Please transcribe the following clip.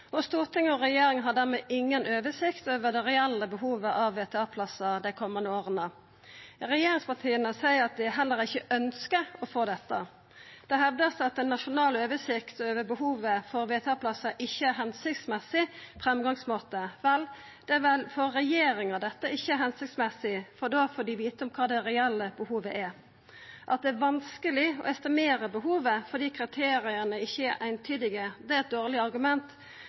og storting og regjering har dermed inga oversikt over det reelle behovet for VTA-plassar dei komande åra. Regjeringspartia seier at dei heller ikkje ønskjer å få dette. Det vert hevda at ei nasjonal oversikt over behovet for VTA-plassar ikkje er ein hensiktsmessig framgangsmåte. Det er vel for regjeringa dette ikkje er hensiktsmessig, for da får dei vita kva det reelle behovet er. At det er vanskeleg å estimera behovet fordi kriteria ikkje er eintydige, er eit dårleg argument,